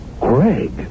Greg